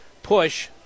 push